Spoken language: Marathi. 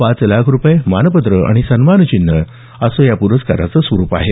पाच लाख रुपये मानपत्र आणि सन्मानचिन्ह असं या प्रस्काराचं स्वरूप आहे